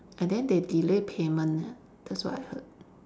and then they delay payment ah that's what I heard